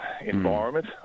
environment